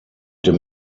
dem